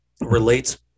relates